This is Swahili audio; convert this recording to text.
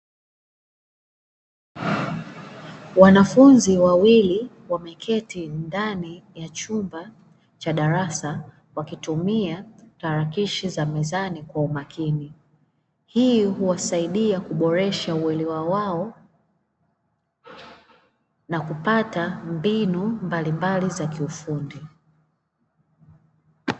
Wanafunzi wawili, wameketi ndani ya chumba cha darasa wakitumia tarakilishi za mezani kwa umakini. Hii huwasaidia kuboresha uelewa wao na kupata mbinu mbalimbali za kiufundi.